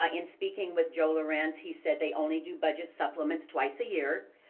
ah in speaking with joe lorenz, he said they only do budget supplements twice a year.